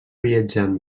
viatjant